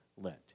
Lent